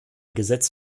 gesetz